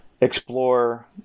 explore